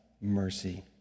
mercy